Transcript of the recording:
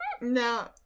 No